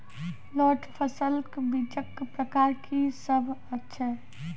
लोत फसलक बीजक प्रकार की सब अछि?